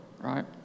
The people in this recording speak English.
right